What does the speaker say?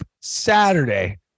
Saturday